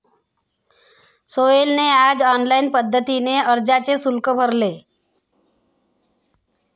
सोहेलने आज ऑनलाईन पद्धतीने अर्जाचे शुल्क भरले